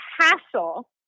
hassle